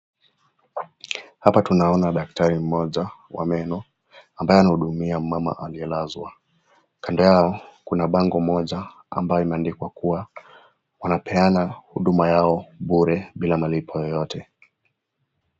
Kuna daktari mmoja wa meno ambaye anahudumia mama aliyelazwa. Kando yao kuna bango moja ambayo imeandikwa kuwa wanapeana huduma yao bure bila malipo yeyote.